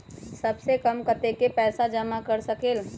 सबसे कम कतेक पैसा जमा कर सकेल?